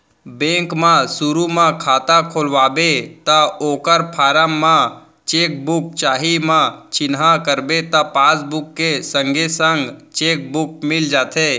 bank म सुरू म खाता खोलवाबे त ओकर फारम म चेक बुक चाही म चिन्हा करबे त पासबुक के संगे संग चेक बुक मिल जाथे